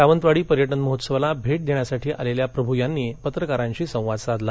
सावंतवाडी पर्यटन महोत्सवाला भेट देण्यासाठी आलेल्या प्रभू यांनी पत्रकारांशी संवाद साधला